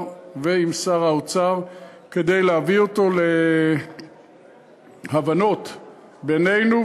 ועם שר האוצר כדי להביא להבנות בינינו,